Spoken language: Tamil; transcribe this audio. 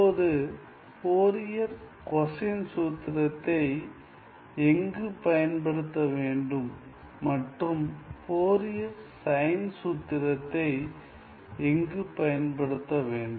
இப்போது ஃபோரியர் கொசைன் சூத்திரத்தை எங்கு பயன்படுத்த வேண்டும் மற்றும் ஃபோரியர் சைன் சூத்திரத்தை எங்கு பயன்படுத்த வேண்டும்